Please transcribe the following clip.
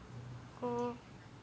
oh